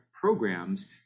programs